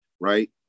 right